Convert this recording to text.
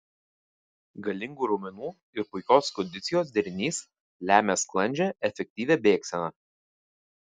galingų raumenų ir puikios kondicijos derinys lemia sklandžią efektyvią bėgseną